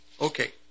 Okay